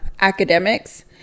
academics